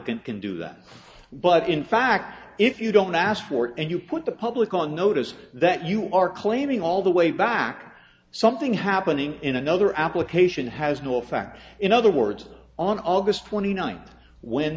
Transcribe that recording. applicant can do that but in fact if you don't ask for it and you put the public on notice that you are claiming all the way back something happening in another application has no effect in other words on august twenty ninth when